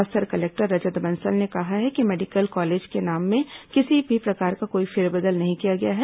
Bastar collector Rajat Bansal ने कहा है कि मेडिकल कॉलेज के नाम में किसी प्रकार का कोई फेरबदल नहीं किया गया है